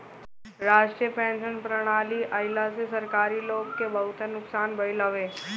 राष्ट्रीय पेंशन प्रणाली आईला से सरकारी लोग के बहुते नुकसान भईल हवे